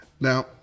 Now